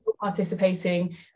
participating